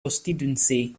constituency